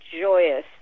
joyous